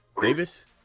Davis